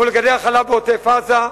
מול מגדלי החלב בעוטף-עזה?